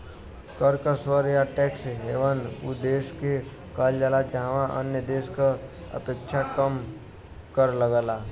कर क स्वर्ग या टैक्स हेवन उ देश के कहल जाला जहाँ अन्य देश क अपेक्षा कम कर लगला